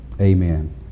amen